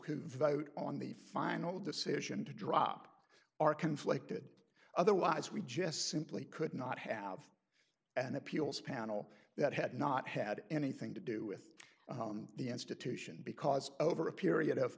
who vote on the final decision to drop are conflicted otherwise we just simply could not have an appeals panel that had not had anything to do with the institution because over a period of